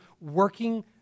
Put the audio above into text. working